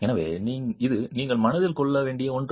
எனவே இது நீங்கள் மனதில் கொள்ள வேண்டிய ஒன்று